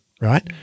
right